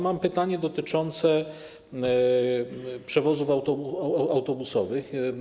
Mam pytanie dotyczące przewozów autobusowych.